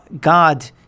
God